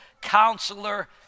counselor